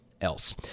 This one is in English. else